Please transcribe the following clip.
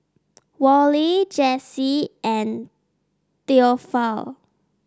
Wally Jesse and Theophile